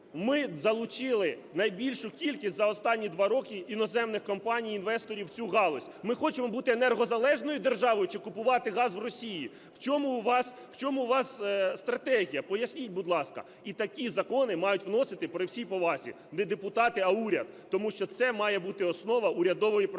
Ми залучили найбільшу кількість за останні два роки іноземних компаній інвесторів в цю галузь. Ми хочемо бути енергозалежною державою чи купувати газ в Росії? В чому у вас стратегія, поясніть, будь ласка. І такі закони мають вносити, при всій повазі, не депутати, а уряд. Тому що це має бути основа урядової програми.